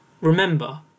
Remember